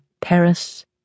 Paris